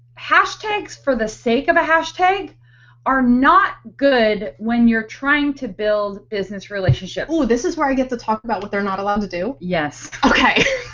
hashtags for the sake of a hashtag are not good when you're trying to build business relationships oooh. this is where i get to talk about what they're not allowed to do? yes. okay!